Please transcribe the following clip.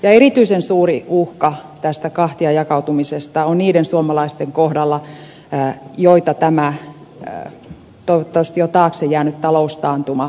erityisen suuri uhka tästä kahtiajakautumisesta on niiden suomalaisten kohdalla joita tämä toivottavasti jo taakse jäänyt taloustaantuma koettelee